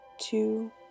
two